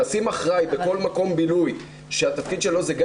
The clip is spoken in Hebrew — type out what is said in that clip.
לשים אחראי בכל מקום בילוי שהתפקיד שלו הוא גם